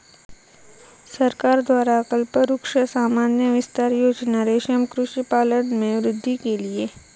सरकार द्वारा कल्पवृक्ष सामान्य विस्तार योजना रेशम कृषि पालन में वृद्धि के लिए